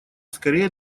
скорее